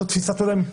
זאת תפיסת עולמי.